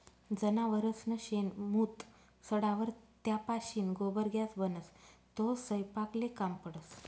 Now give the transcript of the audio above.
जनावरसनं शेण, मूत सडावर त्यापाशीन गोबर गॅस बनस, तो सयपाकले काम पडस